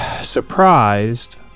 surprised